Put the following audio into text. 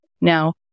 Now